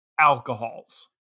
alcohols